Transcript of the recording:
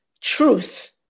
truth